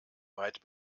weit